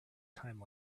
time